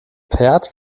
perth